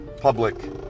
public